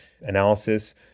analysis